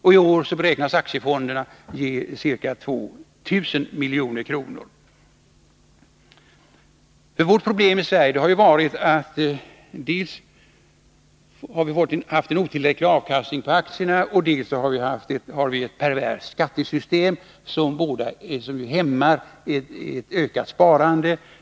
I år beräknas skattefonderna ge ca 2 miljarder kronor. Problemet i Sverige är att vi dels har haft en otillräcklig avkastning på aktier, dels har ett perverst skattesystem, och dessa två omständigheter hämmar ett ökat sparande.